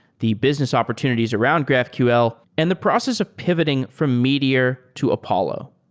the business opportunities around graphql and the process of pivoting from meteor to apollo.